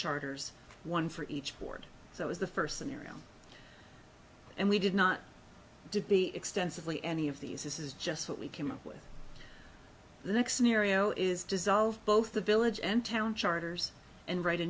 charters one for each board so as the first scenario and we did not to be extensively any of these this is just what we came up with the next scenario is dissolve both the village and town charters and write a